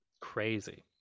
crazy